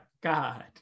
God